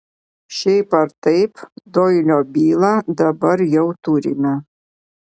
šiaip ar taip doilio bylą dabar jau turime